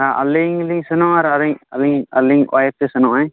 ᱟᱞᱤᱧ ᱞᱤᱧ ᱥᱮᱱᱚᱜᱼᱟ ᱟᱨ ᱟᱞᱤᱧ ᱤᱡ ᱟᱞᱤᱧ ᱣᱟᱭᱤᱯᱮ ᱥᱮᱱᱚᱜ ᱟᱭ